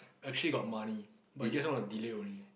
actually got money but just want to delay only